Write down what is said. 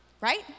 right